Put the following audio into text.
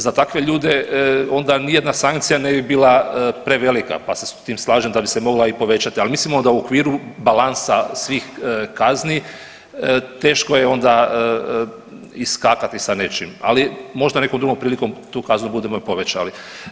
Za takve ljude onda nijedna sankcija ne bi bila prevelika, pa se su tim slažem da bi se mogla i povećati, ali mislimo da u okviru balansa svih kazni teško je onda iskakati sa nečim, ali možda nekom drugom prilikom tu kaznu budemo i povećali.